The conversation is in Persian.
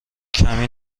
کمی